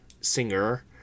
singer